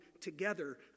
together